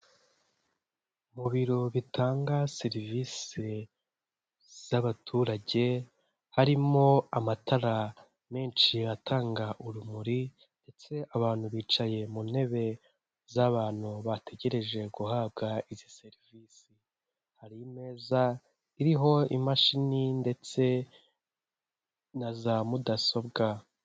Mu biro bitanga serivisi z'abaturage harimo amatara menshi atanga urumuri ndetse abantu bicaye mu ntebe z'abantu bategereje guhabwa izi serivisi, hari imeza iriho imashini ndetse na za mudasobwa.